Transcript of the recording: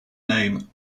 name